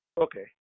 Okay